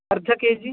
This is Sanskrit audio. अर्ध के जि